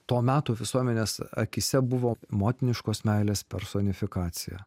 to meto visuomenės akyse buvo motiniškos meilės personifikacija